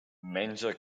menja